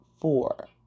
four